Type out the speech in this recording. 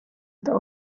this